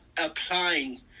applying